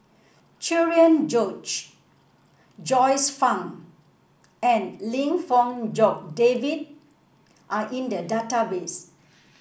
Cherian George Joyce Fan and Lim Fong Jock David are in the database